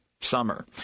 summer